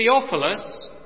Theophilus